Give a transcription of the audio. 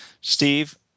Steve